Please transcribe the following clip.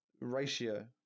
ratio